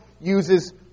uses